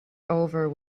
over